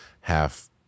half